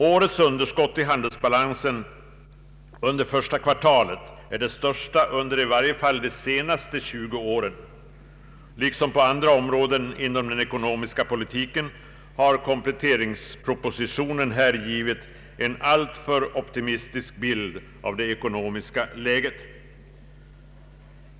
Årets underskott i handelsbalansen under första kvartalet är det största under i varje fall de senaste 20 åren. Liksom på andra områden inom den ekonomiska politiken har kompletteringspropositionen här givit en alltför optimistisk bild av det ekonomiska läget.